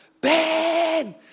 Ben